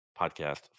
podcast